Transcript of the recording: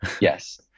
Yes